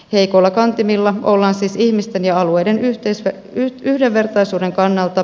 heikoilla kantimilla ollaan siis ihmisten ja alueiden yhdenvertaisuuden kannalta